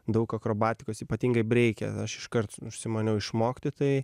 daug akrobatikos ypatingai breike aš iškart užsimaniau išmokti tai